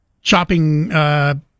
shopping